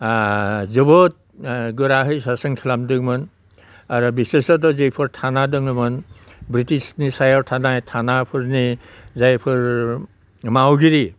जोबोद गोरायै सासन खालामदोंमोन आरो बिसोरसो दा जिफोर थाना दङमोन ब्रिटिसनि सायाव थानाय थानाफोरनि जायफोर मावगिरि